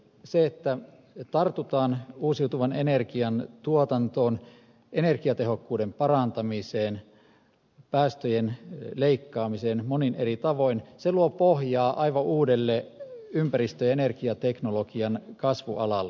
se että tartutaan uusiutuvan energian tuotantoon energiatehokkuuden parantamiseen päästöjen leikkaamiseen monin eri tavoin luo pohjaa aivan uudelle ympäristö ja energiateknologian kasvualalle